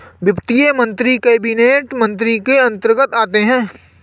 वित्त मंत्री कैबिनेट मंत्री के अंतर्गत आते है